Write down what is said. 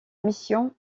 mission